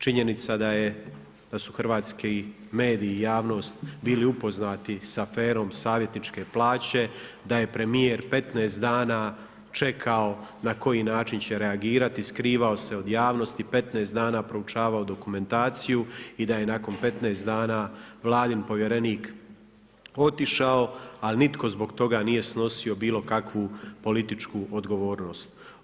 Činjenica da su hrvatski mediji i javnost bili upoznati s aferom savjetničke plaće, da je premijer 15 dana čekao na koji način će reagirati, skrivao se od javnosti, 15 dana proučavao dokumentaciju i da je nakon 15 dana vladin povjerenik otišao, a nitko zbog toga nije snosio bilo kakvu političku odgovornost.